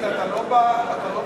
אתה לא בכנסת.